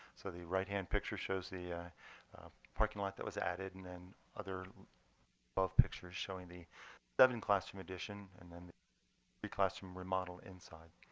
so the right hand picture shows the parking lot that was added and then other both pictures showing the the i mean classroom additions and then the classroom remodel inside.